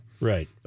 Right